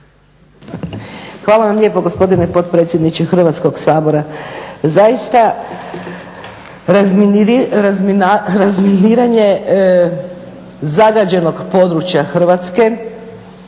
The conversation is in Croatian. Hvala vam lijepo gospodine potpredsjedniče Hrvatskog sabora. Zaista razminiranje zagađenog područja Hrvatske